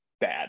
bad